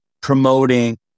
promoting